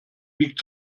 wiegt